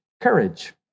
Courage